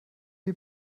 die